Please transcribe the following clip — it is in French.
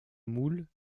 moule